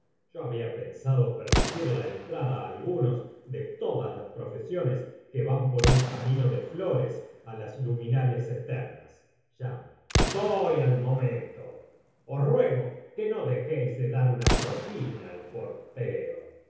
yo había pensado permitir la entrada á algunos de todas las profesiones que van por un camino de flores á las luminarias eternas liaman voy al momento os ruego que no dejéis de dar una propina al portero